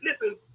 Listen